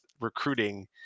recruiting